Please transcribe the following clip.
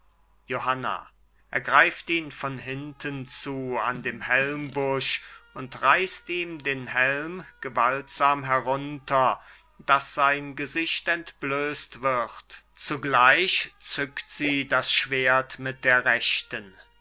johanna ergreift ihn von hinten zu am helmbusch und reißt ihm den helm gewaltsam herunter daß sein gesicht entblößt wird zugleich zuckt sie das schwert mit der rechten